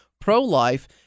pro-life